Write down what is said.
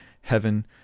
heaven